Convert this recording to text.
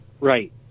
Right